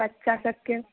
बच्चा सबके